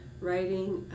writing